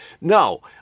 No